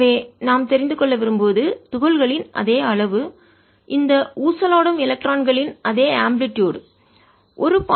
எனவே நாம் தெரிந்து கொள்ள விரும்புவது துகள்களின் அதே அளவு இந்த ஊசலாடும் எலக்ட்ரான்களின் அதே ஆம்பிளிடுயுட் அலைவீச்சு